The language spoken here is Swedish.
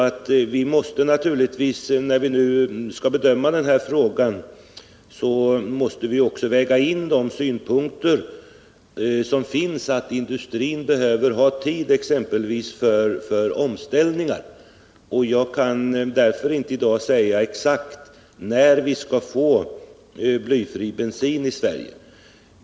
Jag vill också gärna säga att vi — när vi skall bedöma den här frågan — naturligtvis också måste väga in sådana synpunkter som att industrin behöver tid, exempelvis för omställningar. Jag kan därför inte i dag säga exakt när vi skall få blyfri bensin i Sverige.